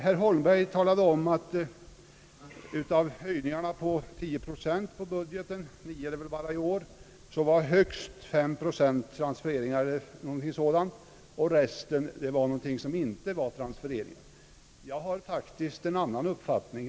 Herr Holmberg talade om att av höjningarna på 10 procent i budgeten — det har väl bara varit 9 procent i år — utgjorde högst 5 procent transfereringar o. d., medan resten var någon ting annat. Jag har faktiskt en annan uppfattning.